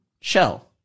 Shell